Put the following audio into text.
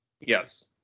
Yes